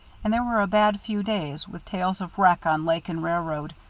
and there were a bad few days, with tales of wreck on lake and railroad,